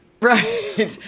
Right